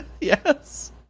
yes